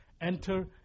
enter